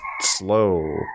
slow